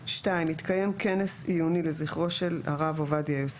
(2) יתקיים כנס עיוני לזכרו של הרב עובדיה יוסף.